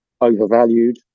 overvalued